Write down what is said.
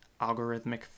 algorithmic